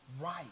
right